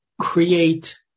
create